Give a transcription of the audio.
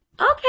Okay